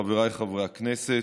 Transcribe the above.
חבריי חברי הכנסת,